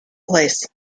place